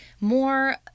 more